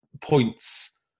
points